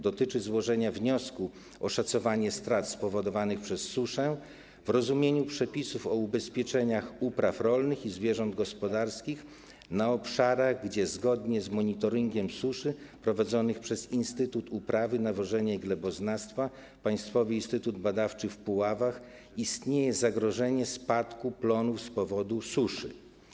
Chodzi o złożenie wniosku o oszacowanie strat spowodowanych przez suszę w rozumieniu przepisów o ubezpieczeniach upraw rolnych i zwierząt gospodarskich na obszarach, na których zgodnie z monitoringiem suszy prowadzonym przez Instytut Uprawy, Nawożenia i Gleboznawstwa - Państwowy Instytut Badawczy w Puławach istnieje zagrożenie spadkiem plonów z powodu suszy.